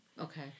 Okay